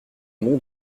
mon